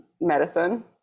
medicine